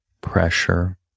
pressure